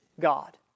God